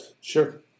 Sure